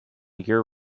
year